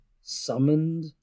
summoned